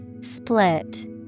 Split